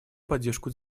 поддержку